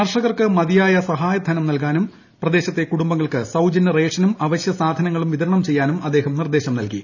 കർഷകർക്ക് മതിയായ സഹായധനം നൽകാനും പ്രദേശത്തെ കുടുംബങ്ങൾക്ക് സൌജന്യ റേഷനും അവശ്യ സാധനങ്ങളും വിതരണം ചെയ്യാനും അദ്ദേഹം നിർദ്ദേശം നൽകി